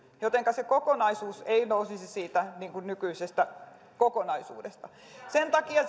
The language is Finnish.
jotenka se kokonaisuus ei nousisi siitä nykyisestä kokonaisuudesta sen takia